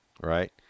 right